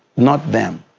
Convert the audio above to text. not them.